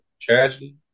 tragedy